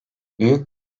büyük